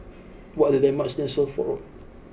what are the landmarks near Suffolk Road